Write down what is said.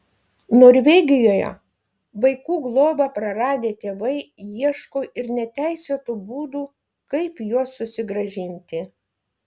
norvegijoje vaikų globą praradę tėvai ieško ir neteisėtų būdų kaip juos susigrąžinti